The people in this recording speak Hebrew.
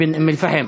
בן אום-אלפחם.